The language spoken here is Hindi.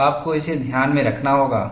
तो आपको इसे ध्यान में रखना होगा